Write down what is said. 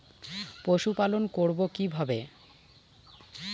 পশুপালন করব কিভাবে?